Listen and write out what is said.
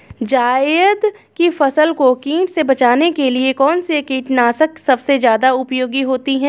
जायद की फसल को कीट से बचाने के लिए कौन से कीटनाशक सबसे ज्यादा उपयोगी होती है?